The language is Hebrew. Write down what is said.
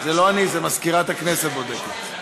זה לא אני, זה מזכירת הכנסת בודקת.